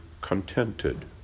contented